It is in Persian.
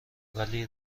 ولی